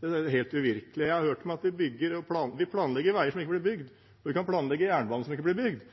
Det er helt uvirkelig. Vi planlegger veier som ikke blir bygd, og vi kan planlegge jernbane som ikke blir bygd, men det er sjelden man bygger en vei som ikke brukes. Her bygger vi altså jernbane som ikke brukes, for det dobbeltsporet som er bygd tidligere, og som blir bygd